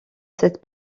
cette